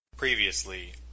Previously